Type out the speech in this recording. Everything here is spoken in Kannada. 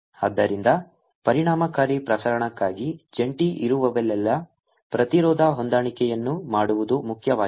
ಆದ್ದರಿಂದ ಪರಿಣಾಮಕಾರಿ ಪ್ರಸರಣಕ್ಕಾಗಿ ಜಂಟಿ ಇರುವಲ್ಲೆಲ್ಲಾ ಪ್ರತಿರೋಧ ಹೊಂದಾಣಿಕೆಯನ್ನು ಮಾಡುವುದು ಮುಖ್ಯವಾಗಿದೆ